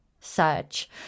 search